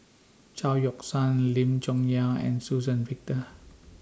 Chao Yoke San Lim Chong Yah and Suzann Victor